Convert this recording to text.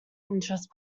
interest